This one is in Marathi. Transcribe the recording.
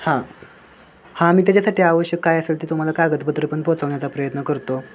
हां हां मी त्याच्यासाठी आवश्यक काय असेल ते तुम्हाला कागदपत्रं पण पोचवण्याचा प्रयत्न करतो